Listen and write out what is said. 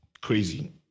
Crazy